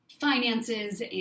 finances